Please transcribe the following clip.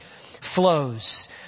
flows